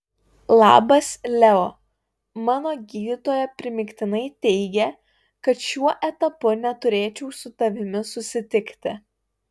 labas leo mano gydytoja primygtinai teigia kad šiuo etapu neturėčiau su tavimi susitikti